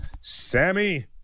Sammy